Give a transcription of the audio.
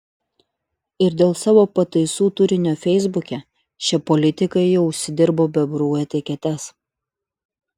ir dėl savo pataisų turinio feisbuke šie politikai jau užsidirbo bebrų etiketes